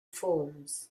forms